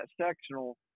sectional